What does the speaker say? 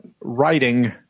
writing